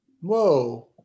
Whoa